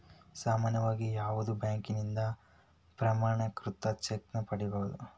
ಸಾಮಾನ್ಯವಾಗಿ ಯಾವುದ ಬ್ಯಾಂಕಿನಿಂದ ಪ್ರಮಾಣೇಕೃತ ಚೆಕ್ ನ ಪಡಿಬಹುದು